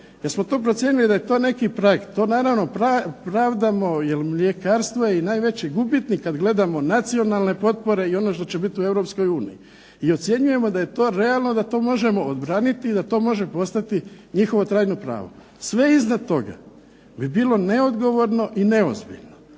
jer smo to procijenili da je to neki prag. To naravno pravdamo, jer mljekarstvo je i najveći gubitnik kad gledamo nacionalne potpore i ono što će bit u Europskoj uniji, i ocjenjujemo da je to realno da to možemo obraniti i da to može postati njihovo trajno pravo. Sve iznad toga bi bilo neodgovorno i neozbiljno.